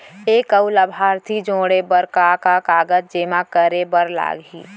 एक अऊ लाभार्थी जोड़े बर का का कागज जेमा करे बर लागही?